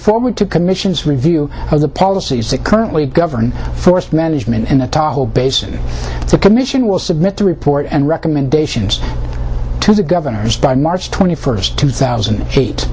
forward to commissions review of the policies that currently govern forest management and the top whole basin commission will submit the report and recommendations to the governors by march twenty first two thousand and eight